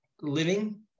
living